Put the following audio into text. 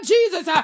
Jesus